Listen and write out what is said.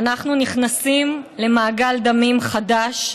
ואנחנו נכנסים למעגל דמים חדש,